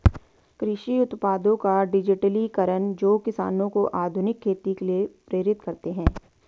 कृषि उत्पादों का डिजिटलीकरण जो किसानों को आधुनिक खेती के लिए प्रेरित करते है